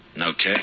Okay